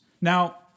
Now